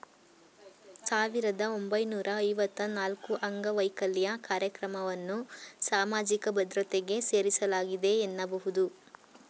ಸಾವಿರದ ಒಂಬೈನೂರ ಐವತ್ತ ನಾಲ್ಕುಅಂಗವೈಕಲ್ಯ ಕಾರ್ಯಕ್ರಮವನ್ನ ಸಾಮಾಜಿಕ ಭದ್ರತೆಗೆ ಸೇರಿಸಲಾಗಿದೆ ಎನ್ನಬಹುದು